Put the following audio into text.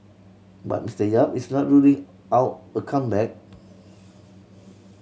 but Mister Yap is not ruling out a comeback